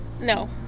no